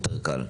יותר קל.